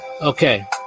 Okay